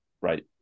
right